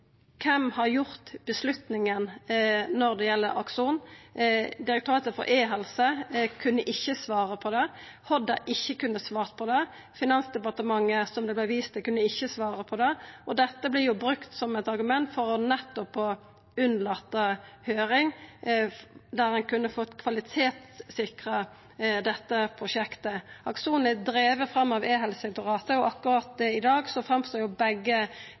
gjeld Akson? Direktoratet for e-helse kunne ikkje svara på det. HOD har ikkje kunna svara på det. Finansdepartementet, som det vart vist til, kunne ikkje svara på det. Og dette vert jo brukt som eit argument for nettopp å unnlate høyring, der ein kunne fått kvalitetssikra dette prosjektet. Akson er drive fram av Direktoratet for e-helse, og i dag framstår begge